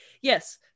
yes